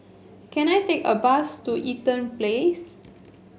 can I take a bus to Eaton Place